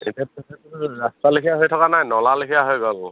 এতিয়া সেইটো ৰাস্তা লেখীয়া হৈ থকা নাই নলা লেখীয়া হৈ গ'ল